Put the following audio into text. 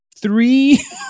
three